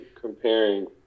comparing